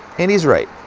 and he's right.